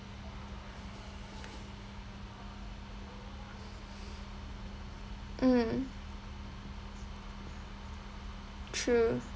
mm true